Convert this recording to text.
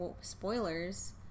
spoilers